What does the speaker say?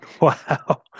Wow